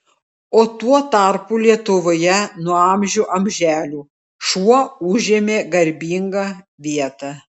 o tuo tarpu lietuvoje nuo amžių amželių šuo užėmė garbingą vietą